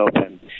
open